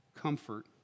comfort